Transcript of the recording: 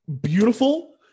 beautiful